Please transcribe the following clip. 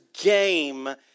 game